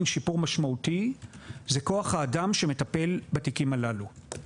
שיפור משמעותי זה כוח האדם שמטפל בתיקים הללו.